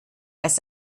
als